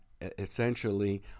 essentially